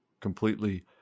completely